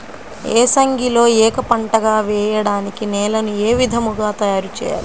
ఏసంగిలో ఏక పంటగ వెయడానికి నేలను ఏ విధముగా తయారుచేయాలి?